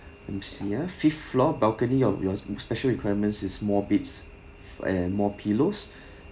let me see ah fifth floor balcony your special requirements is more beds and more pillows